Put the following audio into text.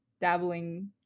dabbling